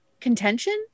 contention